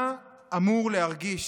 מה אמור להרגיש,